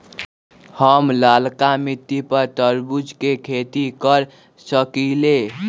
हम लालका मिट्टी पर तरबूज के खेती कर सकीले?